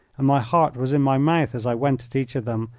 and my heart was in my mouth as i went at each of them,